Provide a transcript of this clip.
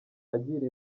agira